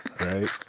right